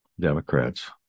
democrats